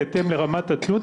בהתאם לרמת התלות,